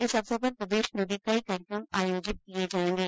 इस अवसर पर प्रदेश में भी कई कार्यक्रम आयोजित किये जायेंगे